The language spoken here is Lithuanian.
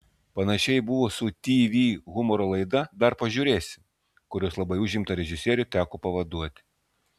panašiai buvo su tv humoro laida dar pažiūrėsime kurios labai užimtą režisierių teko pavaduoti